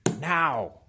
now